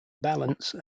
balance